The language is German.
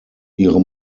ihre